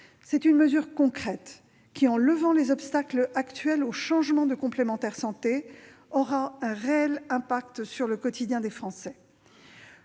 c'est une mesure concrète, qui, en levant les obstacles actuels au changement de complémentaire santé, aura un réel impact sur le quotidien des Français.